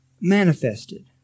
manifested